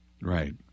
Right